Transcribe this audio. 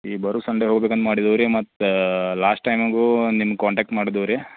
ಈ ಬರುವ ಸಂಡೆ ಹೋಗಬೇಕಂತ ಮಾಡಿದ್ದೀವಿ ಮತ್ತು ಲಾಸ್ಟ್ ಟೈಮಿಗೂ ನಿಮ್ಮ ಕಾಂಟಾಕ್ಟ್ ಮಾಡಿದ್ದೀವಿ ರೀ